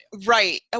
Right